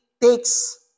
takes